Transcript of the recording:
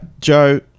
Joe